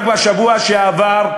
רק בשבוע שעבר,